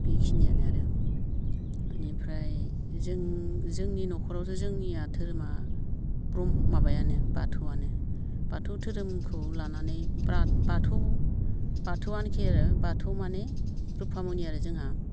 बेखिनियानो आरो बेनिफ्राय जों जोंनि न'खरावथ' जोंनिया धोरोमा माबायानो बाथौआनो बाथौ धोरोमखौ लानानै बिरात बाथौ बाथौआनोखि आरो बाथौ माने रुफामनि आरो जोंहा